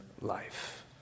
Life